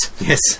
Yes